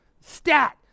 stat